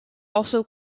also